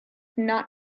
not